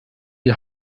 die